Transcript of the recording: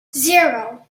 zero